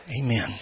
Amen